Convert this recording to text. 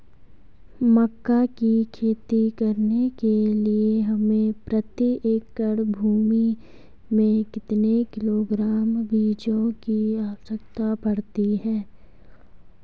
मक्का की खेती करने के लिए हमें प्रति एकड़ भूमि में कितने किलोग्राम बीजों की आवश्यकता पड़ती है?